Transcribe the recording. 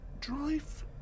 Drive